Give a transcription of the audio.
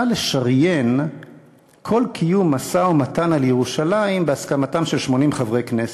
לשריין כל קיום משא-ומתן על ירושלים בהסכמתם של 80 חברי כנסת,